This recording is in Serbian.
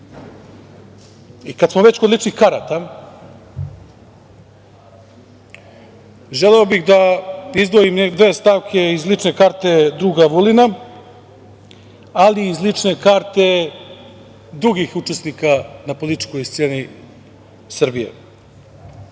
smo već kod ličnih karata, želeo bih da izdvojim dve stavke iz lične karte druga Vulina, ali i iz lične karte drugih učesnika na političkoj sceni Srbije. Drug